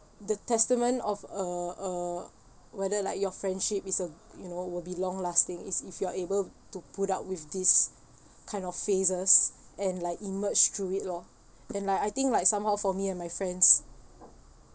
the testament of a uh whether like your friendship is a you know will be long lasting is if you're able to put up with this kind of phases and like emerge through it lor and like I think like somehow for me and my friends